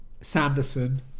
Sanderson